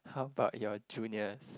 how about your juniors